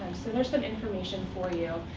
so there's some information for you.